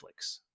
Netflix